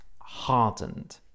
hardened